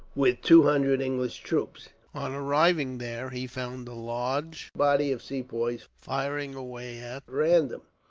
with two hundred english troops. on arriving there, he found a large body of sepoys firing away at random.